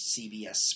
CBS